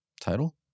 Title